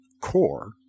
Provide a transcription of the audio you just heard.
core